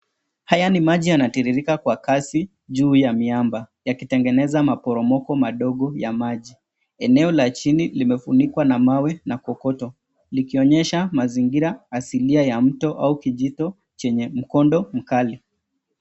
Haya ni maji yanatiririka kwa kasi juu ya miamba yakitengeneza maporomoko madogo ya maji. Eneo la chini limefunikwa na mawe na kokoto likionyesha mazingira asilia ya mto au kijito chenye mkondo mkali.